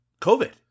COVID